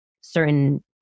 certain